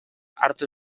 hartu